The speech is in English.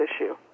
issue